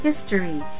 history